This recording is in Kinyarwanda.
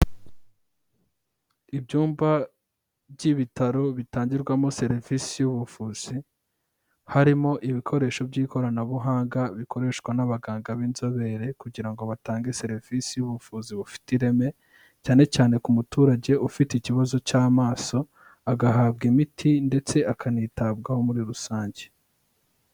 Ibyumba by'ibitaro, bitangirwamo serivisi y'ubuvuzi, harimo ibikoresho by'ikoranabuhanga, bikoreshwa n'abaganga b'inzobere, kugira ngo batange serivisi y'ubuvuzi bufite ireme, cyanecyane ku muturage ufite ikibazo cy'amaso, agahabwa imiti, ndetse akanitabwaho muri rusange.